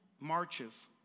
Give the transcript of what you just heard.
marches